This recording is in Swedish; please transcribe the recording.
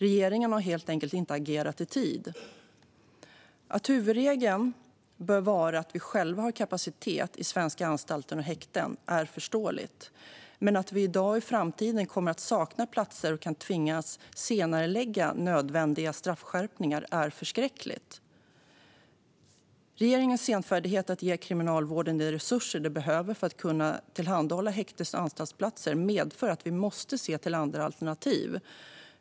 Regeringen har helt enkelt inte agerat i tid. Att huvudregeln bör vara att vi själva har kapacitet i svenska anstalter och häkten är förståeligt. Men att vi i dag och i framtiden kommer att sakna platser och kan tvingas senarelägga nödvändiga straffskärpningar är förskräckligt. Regeringens senfärdighet i att ge Kriminalvården de resurser den behöver för att kunna tillhandahålla häktes och anstaltsplatser medför att vi måste se till andra alternativ.